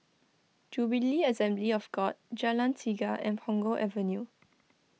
Jubilee Assembly of God Jalan Tiga and Punggol Avenue